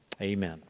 Amen